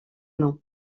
nom